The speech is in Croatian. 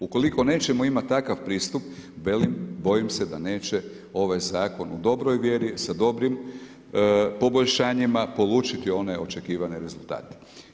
Ukoliko nećemo imati takav pristup, velim bojim se da neće ovaj zakon u dobroj vjeri sa dobrim poboljšanjima polučiti onaj očekivani rezultat.